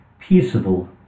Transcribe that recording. peaceable